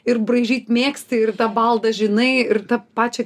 ir braižyt mėgsti ir tą baldą žinai ir tą pačią